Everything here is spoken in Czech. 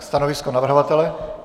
Stanovisko navrhovatele?